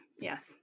Yes